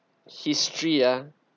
history ah